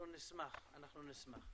נשמח.